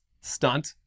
stunt